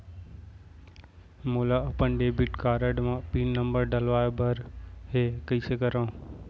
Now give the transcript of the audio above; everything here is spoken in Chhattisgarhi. मोला अपन डेबिट कारड म पिन नंबर डलवाय बर हे कइसे करव?